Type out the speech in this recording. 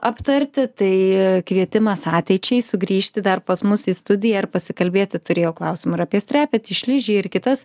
aptarti tai kvietimas ateičiai sugrįžti dar pas mus į studiją ir pasikalbėti turėjau klausimų ir apie strepetį šlyžiai ir kitas